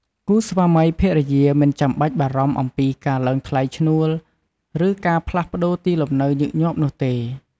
គូស្វាមីភរិយាមិនចាំបាច់បារម្ភអំពីការឡើងថ្លៃឈ្នួល ឬការផ្លាស់ប្ដូរទីលំនៅញឹកញាប់នោះទេ។